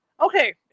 Okay